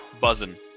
buzzing